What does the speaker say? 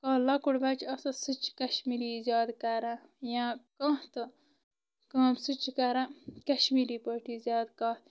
لۄکُٹ بچہِ ٲسس سُہ تہِ چھُ زیادٕ کشمیٖری زیادٕ کران یا کانٛہہ تہٕ سُہ چھِ کران کشمیٖری پٲٹھی زیادٕ کتھ